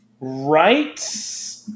Right